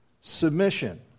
submission